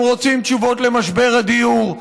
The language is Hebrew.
הם רוצים תשובות על משבר הדיור.